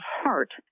heart